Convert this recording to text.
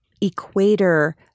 equator